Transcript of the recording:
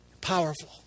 powerful